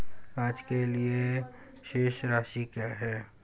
आज के लिए शेष राशि क्या है?